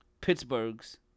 Pittsburgh's